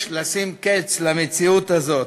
יש לשים קץ למציאות הזאת.